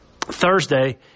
Thursday